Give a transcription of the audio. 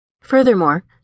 Furthermore